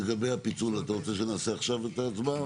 אתה רוצה שנעשה עכשיו את ההצבעה,